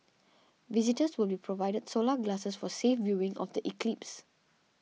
visitors will be provided solar glasses for safe viewing of the eclipse